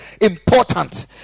important